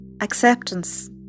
acceptance